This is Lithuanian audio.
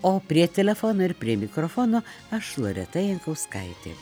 o prie telefono ir prie mikrofono aš loreta jankauskaitė